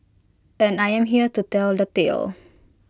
and I am here to tell the tale